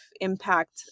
impact